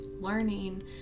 learning